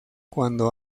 cuando